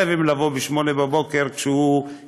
לא